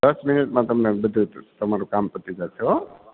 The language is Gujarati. દસ મિનિટમાં તમને બધુ તમારું કામ પતિ જસશે હોં